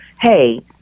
hey